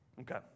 Okay